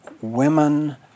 women